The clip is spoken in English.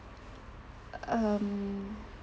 um